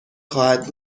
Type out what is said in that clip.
خواهد